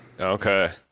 okay